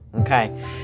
Okay